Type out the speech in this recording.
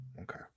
okay